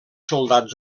soldats